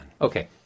Okay